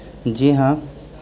جی ہاں